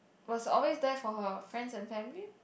was always there for her friends and family